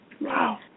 Wow